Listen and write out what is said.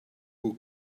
will